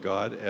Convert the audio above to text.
God